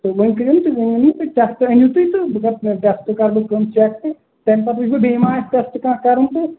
تہٕ وۅنۍ کٔرِو نہَ تُہۍ بہٕ ونہو تۅہہِ کیٛاہ کیٛاہ أنِو تُہۍ تہٕ بہٕ کَرٕ ٹیٚسٹہٕ کَرٕ بہٕ چیک تہٕ تَمہِ پَتہٕ وُچھٕ بہٕ بیٚیہِ ما آسہِ ٹیٚسٹہٕ کانٛہہ کَرُن تہٕ